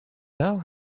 belle